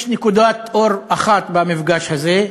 יש נקודת אור אחת במפגש הזה: